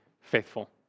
faithful